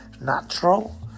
natural